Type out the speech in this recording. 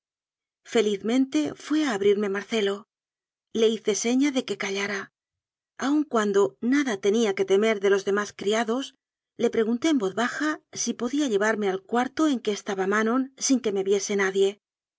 lizmente fué a abrirme marcelo le hice seña de que callara aun cuando nada tenía que temer de los demás criados le pregunté en voz baja si po día llevarme al cuarto en que estaba manon sin que me viese nadie